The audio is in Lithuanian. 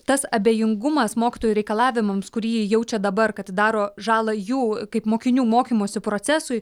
tas abejingumas mokytojų reikalavimams kurį jie jaučia dabar kad daro žalą jų kaip mokinių mokymosi procesui